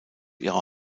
ihrer